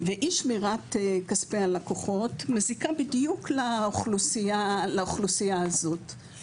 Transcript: ואי שמירת כספי הלקוחות מזיקה בדיוק לאוכלוסייה הזאת,